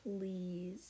please